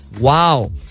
Wow